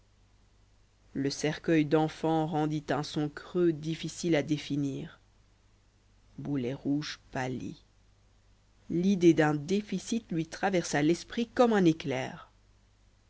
le cercueil d'enfant rendit un son creux difficile à définir boulet rouge pâlit l'idée d'un déficit lui traversa l'esprit comme un éclair